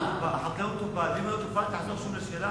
ואם לא טופל תחזור שוב על השאלה,